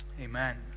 Amen